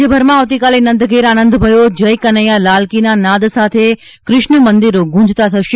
રાજ્યભરમાં આવતીકાલે નંદ ઘેર આનંદ ભયો જય કનેયા લાલ કી ના નાદ સાથે કૃષ્ણ મંદિરો ગૂંજતા થશે